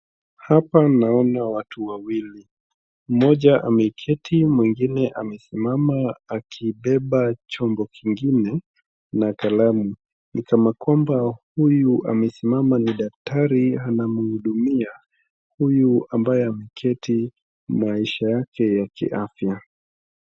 Hapa naona watu wawili. Mmoja ameketi na mwingine amesimama akibeba chombo kingine na kalamu ni kama kwamba huyu amesimama ni daktari anamhudumia huyu ambaye ameketi maisha yake ya kiafya.